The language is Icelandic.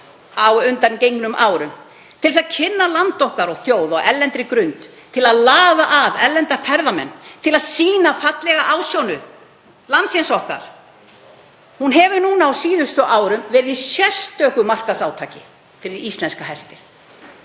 á undangengnum árum til að kynna land okkar og þjóð á erlendri grundu, til að laða að erlenda ferðamenn og til að sýna fallega ásjónu landsins okkar, hefur á síðustu árum verið í sérstöku markaðsátaki til að kynna íslenska hestinn,